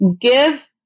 give